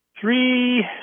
Three